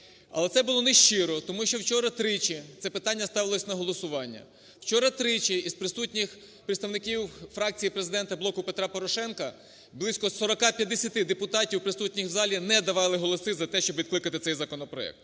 Але це було не щиро, тому що вчора тричі це питання ставилося на голосування, вчора тричі із присутніх представників фракції Президента "Блоку Петра Порошенка", близько 40, 50 депутатів, присутніх в залі, не давали голоси за те, щоб відкликати цей законопроект.